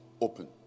open